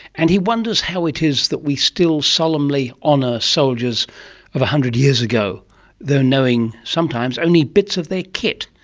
and he wonders how it is that we still solemnly honour soldiers of a hundred years ago though knowing sometimes only bits of their kit.